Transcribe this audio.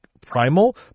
primal